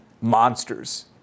monsters